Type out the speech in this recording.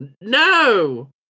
No